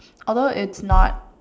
although it's not